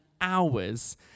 hours